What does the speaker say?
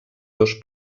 dos